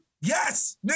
Yes